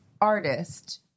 artist